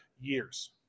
years